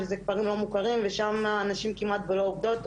שאלו כפרים לא מוכרים ושם הנשים כמעט ולא עובדות,